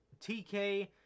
TK